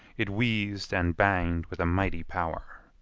it wheezed and banged with a mighty power.